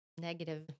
negative